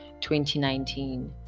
2019